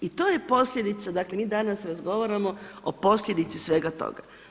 I to je posljedica, dakle, mi danas razgovaramo o posljedici svega toga.